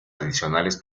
adicionales